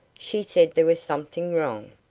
she said there was something wrong.